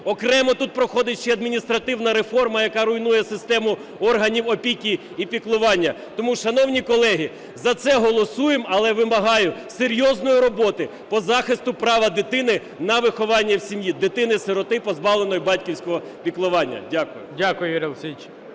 Окремо тут проходить ще адміністративна реформа, яка руйнує систему органів опіки і піклування. Тому, шановні колеги, за це голосуємо, але вимагаю серйозної роботи по захисту права дитини на виховання в сім'ї дитини-сироти і позбавленої батьківського піклування. Дякую. ГОЛОВУЮЧИЙ.